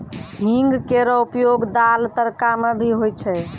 हींग केरो उपयोग दाल, तड़का म भी होय छै